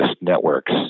networks